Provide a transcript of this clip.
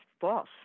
false